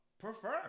prefer